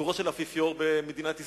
האפיפיור במדינת ישראל.